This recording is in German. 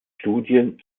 studien